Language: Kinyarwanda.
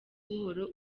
buhoro